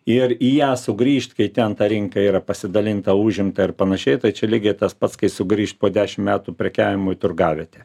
ir į ją sugrįžti kai ten ta rinka yra pasidalinta užimta ir panašiai tai čia lygiai tas pats kai sugrįžt po dešim metų prekiavimui turgavietėje